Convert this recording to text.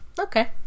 Okay